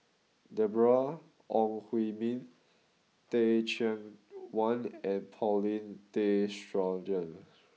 Deborah Ong Hui Min Teh Cheang Wan and Paulin Tay Straughan